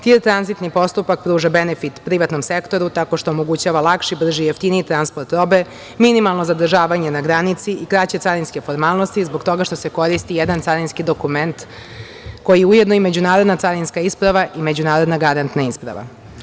Tranzitni postupak TIR pruža benefit privatnom sektoru tako što omogućava lakši, brži i jeftiniji transport robe, minimalno zadržavanje na granici i kraće carinske formalnosti zbog toga što se koristi jedan carinski dokument koji je ujedno i međunarodna carinska isprava i međunarodna garantna isprava.